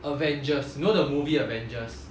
avengers you know the movie avengers